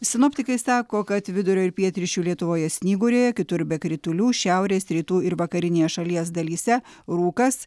sinoptikai sako kad vidurio ir pietryčių lietuvoje snyguriuoja kitur be kritulių šiaurės rytų ir vakarinėje šalies dalyse rūkas